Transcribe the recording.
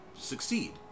succeed